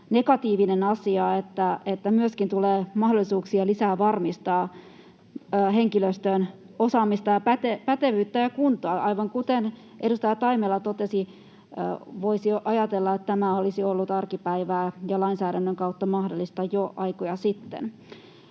negatiivinen asia, että tulee myöskin lisää mahdollisuuksia varmistaa henkilöstön osaamista ja pätevyyttä ja kuntoa. Aivan kuten edustaja Taimela totesi, voisi ajatella, että tämä olisi ollut arkipäivää ja lainsäädännön kautta mahdollista jo aikoja sitten.